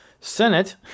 Senate